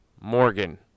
Morgan